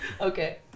Okay